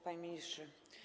Panie Ministrze!